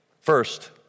First